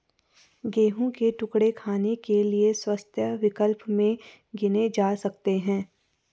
गेहूं के टुकड़े खाने के लिए स्वस्थ विकल्प में गिने जा सकते हैं